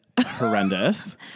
horrendous